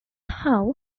how